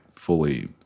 Fully